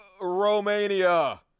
Romania